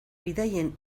bidaien